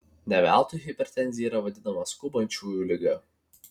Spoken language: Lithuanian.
ne veltui hipertenzija yra vadinama skubančiųjų liga